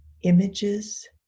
images